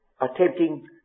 attempting